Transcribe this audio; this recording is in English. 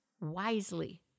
wisely